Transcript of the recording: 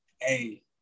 Hey